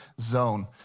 zone